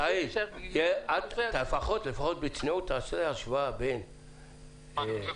סעיד, לפחות בצניעות תעשה השוואה בין מגורים,